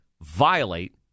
violate